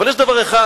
אבל יש דבר אחד,